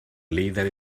líder